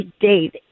date